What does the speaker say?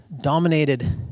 dominated